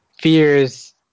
fears